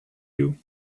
you